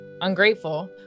ungrateful